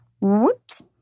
Whoops